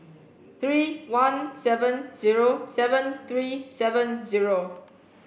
three one seven zero seven three seven zero